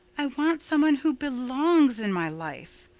i want some one who belongs in my life.